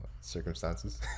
circumstances